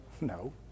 No